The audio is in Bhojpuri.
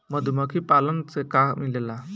मधुमखी पालन से का मिलेला?